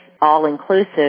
all-inclusive